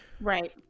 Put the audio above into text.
right